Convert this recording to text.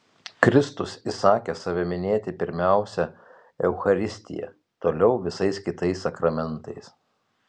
kristus įsakė save minėti pirmiausia eucharistija toliau visais kitais sakramentais